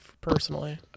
personally